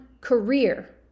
career